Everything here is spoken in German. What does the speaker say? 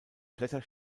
blätter